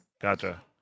Gotcha